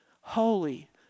Holy